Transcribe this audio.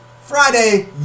Friday